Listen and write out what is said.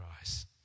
eyes